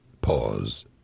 pause